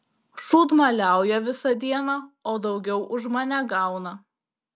šūdmaliauja visą dieną o daugiau už mane gauna